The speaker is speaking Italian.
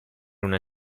una